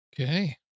Okay